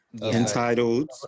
entitled